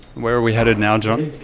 where we headed now, john?